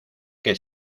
que